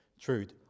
truth